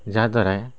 ଯାହାଦ୍ଵାରା